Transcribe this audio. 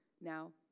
Now